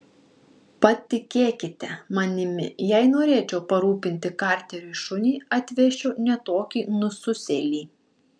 patikėkite manimi jei norėčiau parūpinti karteriui šunį atvesčiau ne tokį nususėlį